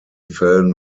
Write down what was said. fällen